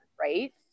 right